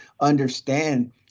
understand